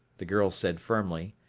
the girl said firmly.